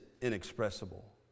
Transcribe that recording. inexpressible